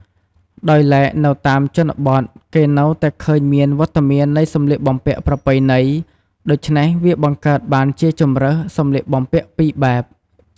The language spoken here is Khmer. ដោយឡែកនៅតាមជនបទ គេនៅតែឃើញមានវត្តមាននៃសម្លៀកបំពាក់ប្រពៃណី ដូច្នេះវាបង្កើតបានជាជម្រើសសម្លៀកបំពាក់ពីរបែប។